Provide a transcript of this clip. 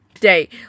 day